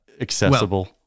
accessible